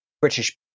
British